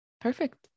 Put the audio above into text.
Perfect